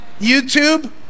YouTube